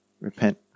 Repent